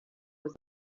was